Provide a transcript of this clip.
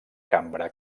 cambra